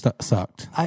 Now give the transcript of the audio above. sucked